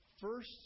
first